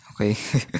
okay